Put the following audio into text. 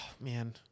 man